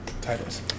titles